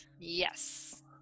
yes